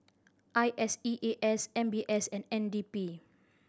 I S E A S M B S and N D P